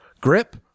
grip